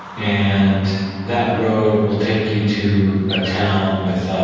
and that road will take you to a town with